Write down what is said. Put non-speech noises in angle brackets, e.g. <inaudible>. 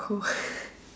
oh <laughs>